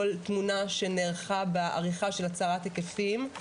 תמונה שנערכה בעריכה של הצרת היקפים,